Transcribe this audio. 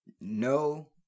No